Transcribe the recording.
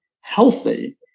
healthy